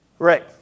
Right